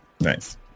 Nice